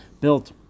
built